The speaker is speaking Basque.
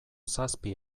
zazpi